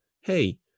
Hey